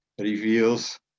reveals